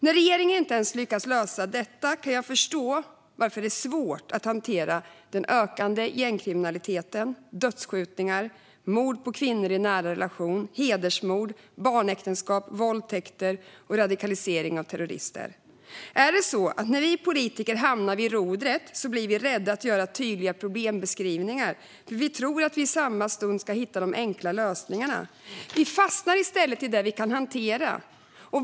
När regeringen inte ens lyckas lösa detta kan jag förstå varför det blir svårt att hantera den ökade gängkriminaliteten, dödsskjutningar, mord på kvinnor i nära relationer, hedersmord, barnäktenskap, våldtäkter och radikalisering av terrorister. Är det så att vi politiker, när vi hamnar vid rodret, blir rädda att göra tydliga problembeskrivningar därför att vi tror att vi i samma stund ska hitta de enkla lösningarna? Vi fastnar i stället i det vi kan hantera.